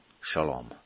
Shalom